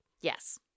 Yes